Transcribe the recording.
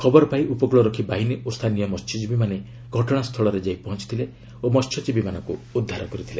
ଖବରପାଇଁ ଉପକୂଳ ରକ୍ଷୀ ବାହିନୀ ଓ ସ୍ଥାନୀୟ ମହ୍ୟଜୀବୀମାନେ ଘଟଣାସ୍ଥଳରେ ପହଞ୍ଚିଥିଲେ ଓ ମହ୍ୟଜୀବୀମାନଙ୍କୁ ଉଦ୍ଧାର କରିଥିଲେ